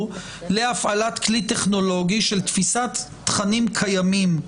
להפעלת כלי טכנולוגי של תפיסת תכנים קיימים.